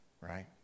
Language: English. right